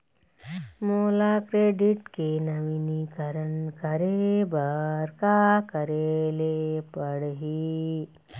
मोला क्रेडिट के नवीनीकरण करे बर का करे ले पड़ही?